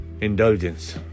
indulgence